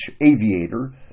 aviator